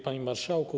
Panie Marszałku!